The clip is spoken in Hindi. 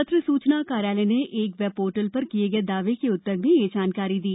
त्र सूचना कार्यालय ने एक वेब ोर्टल र किये गए दावे के उत्तर में यह जानकारी दी